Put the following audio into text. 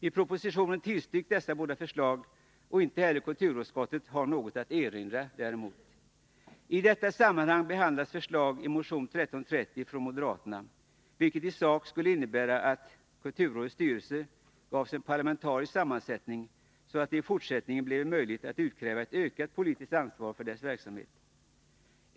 I propositionen tillstyrks dessa båda förslag, och inte heller kulturutskottet har något att erinra häremot. I detta sammanhang behandlas förslag i motion 1330 från moderaterna, vilken i sak skulle innebära att kulturrådets styrelse gavs en parlamentarisk sammansättning så att det i fortsättningen blev möjligt att utkräva ett ökat politiskt ansvar för dess verksamhet.